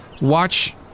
Watch